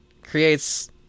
creates